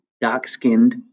Dark-Skinned